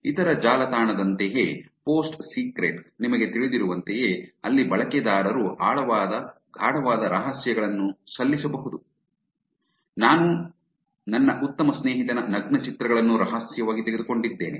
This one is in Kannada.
ಇತರ ಜಾಲತಾಣನಂತೆಯೇ ಪೋಸ್ಟ್ ಸೀಕ್ರೆಟ್ ನಿಮಗೆ ತಿಳಿದಿರುವಂತೆಯೇ ಅಲ್ಲಿ ಬಳಕೆದಾರರು ಆಳವಾದ ಗಾಢವಾದ ರಹಸ್ಯಗಳನ್ನು ಸಲ್ಲಿಸಬಹುದು ನಾನು ನನ್ನ ಉತ್ತಮ ಸ್ನೇಹಿತನ ನಗ್ನ ಚಿತ್ರಗಳನ್ನು ರಹಸ್ಯವಾಗಿ ತೆಗೆದುಕೊಂಡಿದ್ದೇನೆ